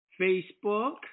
Facebook